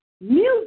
music